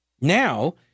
Now